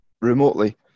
remotely